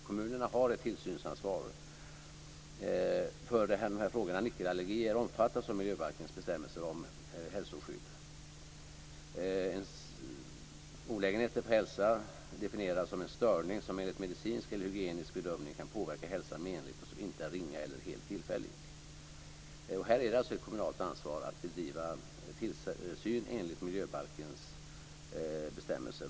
Kommunerna har ett tillsynsansvar för de här frågorna, och nickelallergier omfattas av miljöbalkens bestämmelser om hälsoskydd. Olägenhet för hälsa definieras som en störning som enligt medicinsk eller hygienisk bedömning kan påverka hälsan menligt och som inte är ringa eller helt tillfällig. Här är det alltså ett kommunalt ansvar att bedriva tillsyn enligt miljöbalkens bestämmelser.